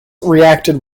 reacted